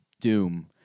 Doom